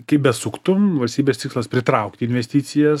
kaip besuktum valstybės tikslas pritraukti investicijas